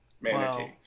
manatee